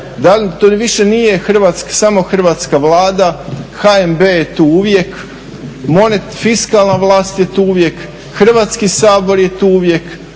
to više nije samo hrvatska Vlada, HNB je tu uvijek, fiskalna vlast je tu uvijek, Hrvatski sabor je tu uvijek,